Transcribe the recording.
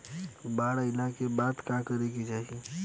बाढ़ आइला के बाद का करे के चाही?